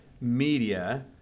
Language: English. media